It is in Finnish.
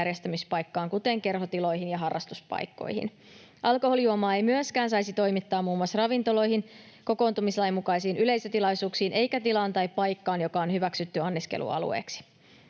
järjestämispaikkaan, kuten kerhotiloihin ja harrastuspaikkoihin. Alkoholijuomaa ei myöskään saisi toimittaa muun muassa ravintoloihin, kokoontumislain mukaisiin yleisötilaisuuksiin eikä tilaan tai paikkaan, joka on hyväksytty anniskelualueeksi.